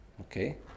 Okay